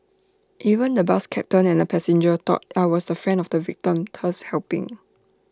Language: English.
even the bus captain and A passenger thought I was the friend of the victim thus helping